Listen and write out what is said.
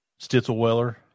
Stitzelweller